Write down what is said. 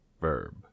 verb